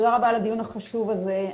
תודה רבה על הדיון החשוב הזה.